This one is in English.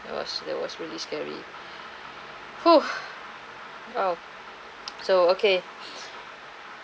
that was that was really scary !huh! !wow! so okay